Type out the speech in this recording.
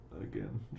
again